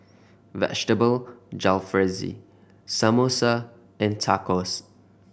Vegetable Jalfrezi Samosa and Tacos